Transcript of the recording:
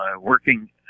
working